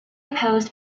opposed